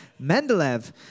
Mendeleev